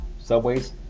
subways